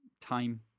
time